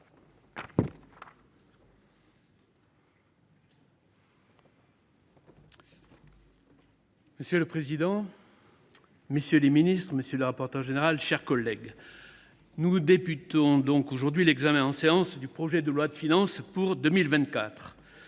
Monsieur le président, messieurs les ministres, monsieur le rapporteur général, mes chers collègues, nous engageons aujourd’hui l’examen en séance publique du projet de loi de finances pour 2024.